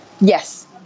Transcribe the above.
Yes